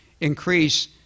increase